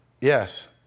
Yes